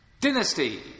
Dynasty